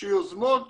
שיוזמות